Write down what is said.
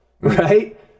Right